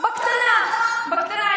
בקטנה, בקטנה.